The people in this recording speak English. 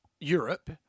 Europe